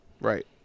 Right